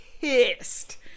pissed